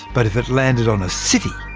but if it landed on a city,